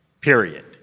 period